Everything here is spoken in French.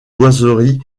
boiseries